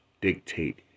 dictate